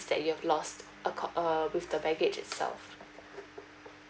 that you have lost accor~ uh with the baggage itself